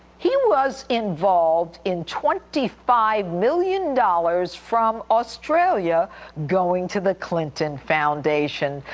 he was involved in twenty five million dollars from australia going to the clinton foundation.